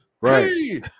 right